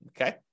Okay